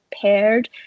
paired